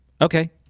Okay